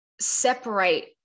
separate